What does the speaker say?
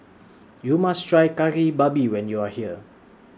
YOU must Try Kari Babi when YOU Are here